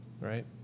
right